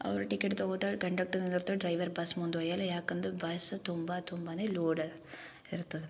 ಅವ್ರು ಟಿಕೆಟ್ ತಗೊತಾಳೆ ಕಂಡಕ್ಟರ್ ಇರ್ತಾಳೆ ಡ್ರೈವರ್ ಬಸ್ ಮುಂದೆ ಒಯ್ಯಲ್ಲ ಯಾಕಂದ್ರೆ ಬಸ್ ತುಂಬ ತುಂಬ ಲೋಡ್ ಇರ್ತದೆ